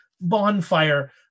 bonfire